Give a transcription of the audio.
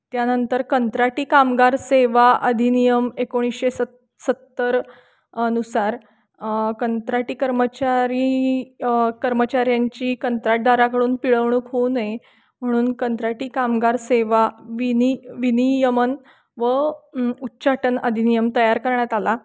त्यानंतर कंत्राटी कामगार सेवा अधिनियम एकोणीसशे सत सत्तर नुसार कंत्राटी कर्मचारी कर्मचाऱ्यांची कंत्राटदाराकडून पिळवणूक होऊ नये म्हणून कंत्राटी कामगार सेवा विनी विनियमन व उच्चाटन अधिनियम तयार करण्यात आला